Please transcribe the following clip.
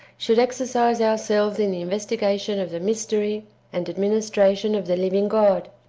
should exercise ourselves in the investiga tion of the mystery and administration of the living god,